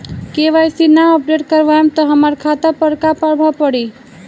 KYC ना update करवाएम त हमार खाता पर का प्रभाव पड़ी?